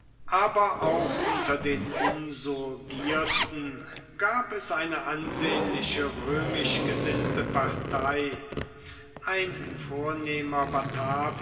aber auch unter den insurgierten gab es eine ansehnliche römisch gesinnte partei ein vornehmer